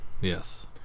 Yes